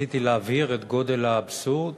ניסיתי להבהיר את גודל האבסורד,